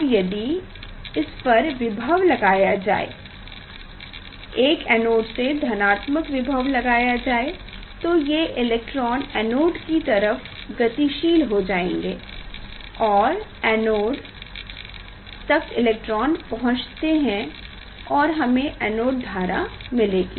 अब यदि इस पर विभव लगाया जाए एक एनोड से धनात्मक विभव लगाया जाए तो ये इलेक्ट्रॉन एनोड की तरफ गतिशील हो जायेंगे और एनोड तक इलेक्ट्रॉन पहुँचते है और हमे एनोड धारा मिलेगी